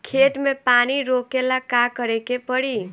खेत मे पानी रोकेला का करे के परी?